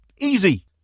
Easy